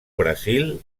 brasil